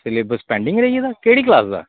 syllabus pending रेही गेदा केह्ड़ी क्लॉस दा